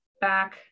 back